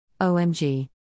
OMG